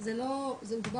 זה לא ישנה.